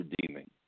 redeeming